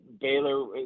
Baylor